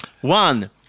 One